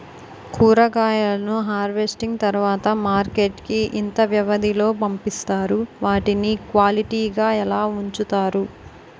కూరగాయలను హార్వెస్టింగ్ తర్వాత మార్కెట్ కి ఇంత వ్యవది లొ పంపిస్తారు? వాటిని క్వాలిటీ గా ఎలా వుంచుతారు?